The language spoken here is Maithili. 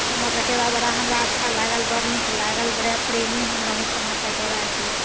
सामा चकेवा बड़ा हमरा अच्छा लागल बड़ नीक लागल बड़ा प्रेमी हम रही सामा चकेवाके